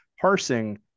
parsing